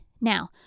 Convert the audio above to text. Now